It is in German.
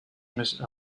mich